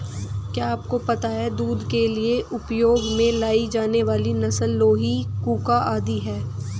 क्या आपको पता है दूध के लिए उपयोग में लाई जाने वाली नस्ल लोही, कूका आदि है?